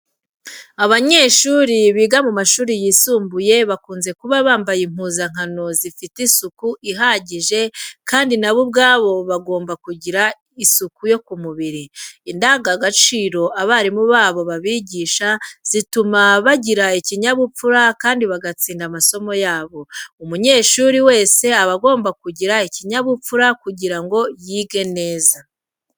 Abanyeshuri biga mu mashuri yisumbuye bakunze kuba bambaye impuzankano zifite isuku ihagije kandi na bo ubwabo bagomba kugira isuku yo ku mubiri. Indangagaciro abarimu babo babigisha zituma bagira ikinyabupfura kandi bagatsinda amasomo yabo. Umunyeshuri wese aba agomba kugira ikinyabupfura kugira ngo yige neza.